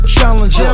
Challenge